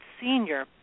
senior